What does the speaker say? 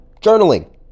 journaling